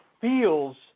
feels